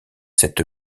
cette